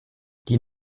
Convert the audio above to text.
die